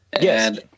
Yes